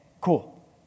cool